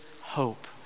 hope